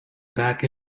back